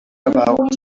about